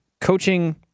coaching